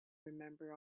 remember